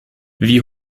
wie